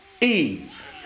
Eve